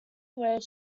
where